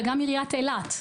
גם עיריית אילת הנפיקה.